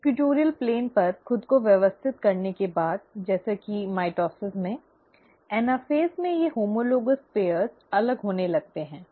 equatorial plane पर खुद को व्यवस्थित करने के बाद जैसे कि माइटोसिस में एनाफ़ेज़ में ये होमोलोगॅस जोड़ी अलग होने लगते हैं